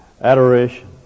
adoration